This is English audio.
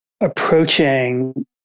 approaching